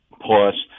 plus